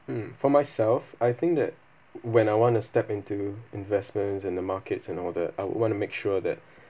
mm for myself I think that when I want to step into investments and the markets and all the I would want to make sure that